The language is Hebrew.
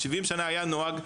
70 שנה היה נוהג,